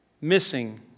missing